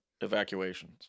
evacuations